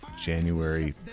January